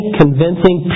convincing